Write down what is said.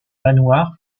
manoir